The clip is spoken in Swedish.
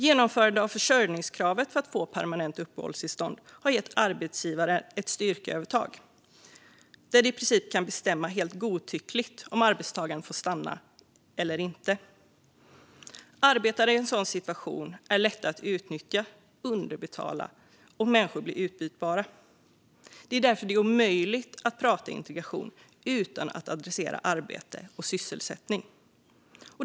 Genomförandet av försörjningskravet för att få permanent uppehållstillstånd har gett arbetsgivare ett styrkeövertag, där de i princip kan bestämma helt godtyckligt om arbetstagaren får stanna eller inte. Arbetare i en sådan situation är lätta att utnyttja och underbetala, och människor blir utbytbara. Det är därför det är omöjligt att prata integration utan att adressera arbete och sysselsättning.